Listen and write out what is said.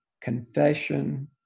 confession